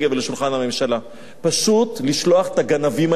לשולחן הממשלה: פשוט לשלוח את הגנבים האלה,